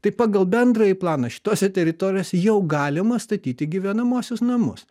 tai pagal bendrąjį planą šitose teritorijose jau galima statyti gyvenamuosius namus